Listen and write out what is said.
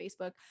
Facebook